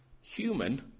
human